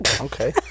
okay